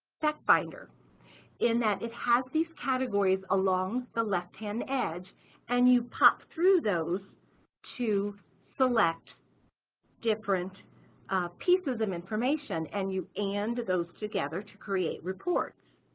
factfinder in that it has these categories along the left-hand edge and you pop through those to select different pieces of information and you add and those together to create reports.